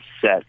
set